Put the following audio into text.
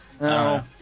No